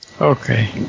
Okay